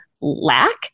lack